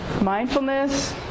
Mindfulness